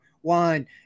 one